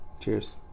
Cheers